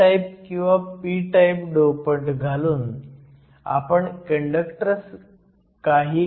n type किंवा p type dopant घालून आपण कंडक्टर काही घाताने वाढवू शकतो